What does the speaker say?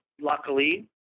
luckily